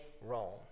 Rome